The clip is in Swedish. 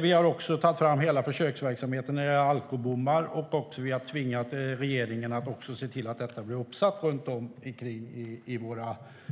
Vi har tagit fram hela försöksverksamheten med alkobommar och tvingat regeringen att se till att de blivit uppsatta runt om